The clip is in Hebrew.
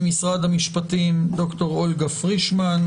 ממשרד המשפטים נמצאת אתנו דוקטור אולגה פרישמן.